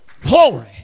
Glory